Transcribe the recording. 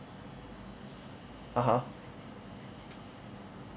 (uh huh)